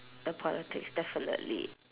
the politics definitely